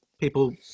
people